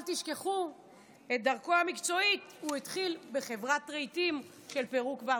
אל תשכחו שאת דרכו המקצועית הוא התחיל בחברת רהיטים של פירוק והרכבה.